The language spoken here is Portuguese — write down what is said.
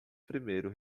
primeiro